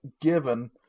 given